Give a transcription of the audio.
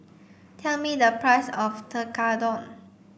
tell me the price of Tekkadon